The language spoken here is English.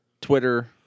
Twitter